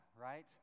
right